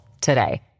today